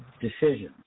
Decisions